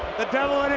the devil